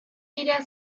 wieder